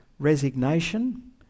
resignation